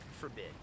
forbid